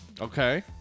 Okay